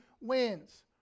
wins